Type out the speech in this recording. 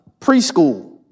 Preschool